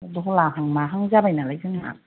दहला हां माहां जाबाय नालाय जोंना